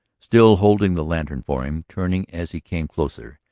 still holding the lantern for him, turning as he came closer,